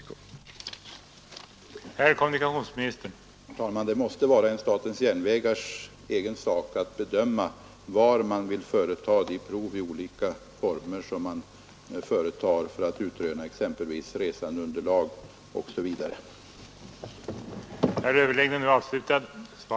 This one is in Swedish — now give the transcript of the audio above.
upplysningsinsatser angående EEC